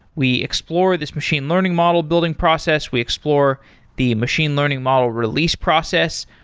we explore this machine learning model building process. we explore the machine learning model release process,